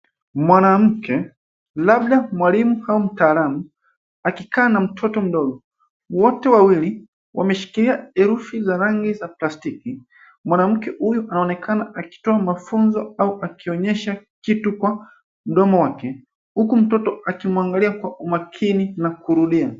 Mwanamke, labda mwalimu au mtaalamu akikaa na mtoto mdogo. Wote wawili wameshikilia herufi za rangi za plastiki. Mwanamke huyu aonekana akitoa mafunzo au akionyesha kitu kwa mdomo wake huku mtoto akimwangalia kwa umakini na kurudia.